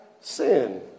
sin